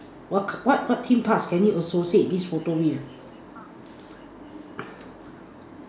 what k~ what what theme parks can you associate this photo with